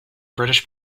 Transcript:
british